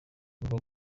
ngo